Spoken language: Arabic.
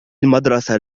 المدرسة